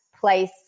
place